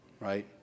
right